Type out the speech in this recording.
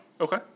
Okay